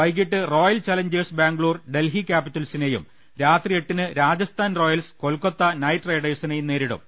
വൈകീട്ട് royal challengers Bangalore Delhi ക്യാപിറ്റൽസിനെയും രാത്രി എട്ടിന് രാജസ്ഥാൻ റോയൽസ് കൊൽക്കത്ത് നൈറ്റ് റൈഡേ ഴ്സിനെയും നേരിടും